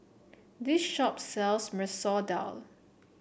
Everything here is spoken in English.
this shop sells Masoor Dal